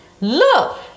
Look